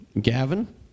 Gavin